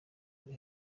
buri